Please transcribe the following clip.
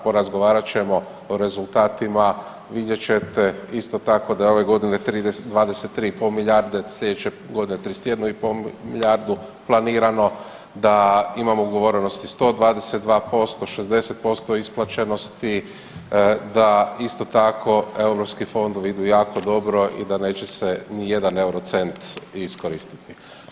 Porazgovarat ćemo o rezultatima, vidjet ćete isto tako da je ove godine 23,5 milijarde, sljedeće godine 31,5 milijardu planirano da imamo ugovorenosti 122%, 60% isplaćenosti, da isto tako europski fondovi idu jako dobro i da neće se nijedan eurocent iskoristiti.